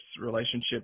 relationship